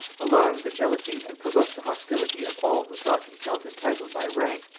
alarmed the jealousy and provoked the hostility of all who thought themselves entitled by rank,